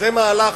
זה מהלך,